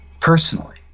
personally